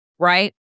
Right